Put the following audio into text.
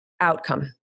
outcome